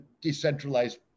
decentralized